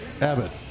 Abbott